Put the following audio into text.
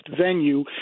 venue